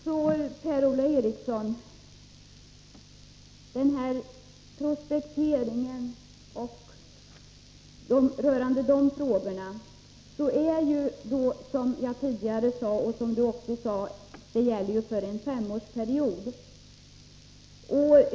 För Per-Ola Eriksson vill jag framhålla att prospekteringsprogrammet gäller en femårsperiod, som Per-Ola Eriksson själv sade.